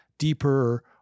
Deeper